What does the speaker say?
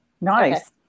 Nice